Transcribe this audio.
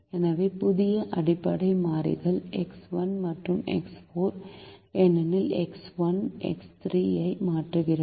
எனவே புதிய அடிப்படை மாறிகள் எக்ஸ் 1 மற்றும் எக்ஸ் 4 ஏனெனில் எக்ஸ் 1 எக்ஸ் 3 ஐ மாற்றுகிறது